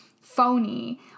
phony